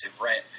right